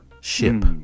ship